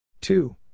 Two